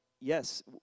Yes